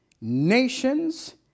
nations